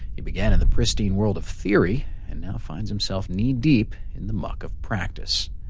he began in the pristine world of theory and now finds himself knee-deep in the muck of practice,